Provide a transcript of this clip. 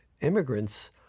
Immigrants